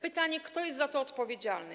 Pytanie: Kto jest za to odpowiedzialny?